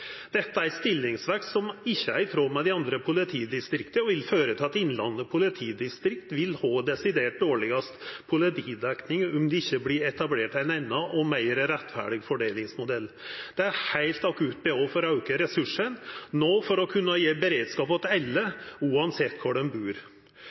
Dette er ei stillingsvekst som ikkje er i tråd med dei andre politidistrikta og vil føra til at Innlandet politidistrikt vil ha desidert dårlegast politidekning om det ikkje blir etablert ein annan og meir rettferdig fordelingsmodell. Det er heilt akutt behov for å auka ressursane no for å kunna gje beredskap til alle,